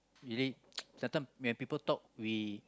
really sometime when people talk we